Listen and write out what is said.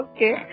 Okay